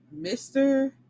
mr